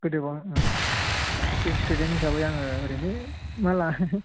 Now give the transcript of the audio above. गोदो बावनो ex student हिसाबै आङो ओरैनो मा लानो